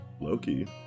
Loki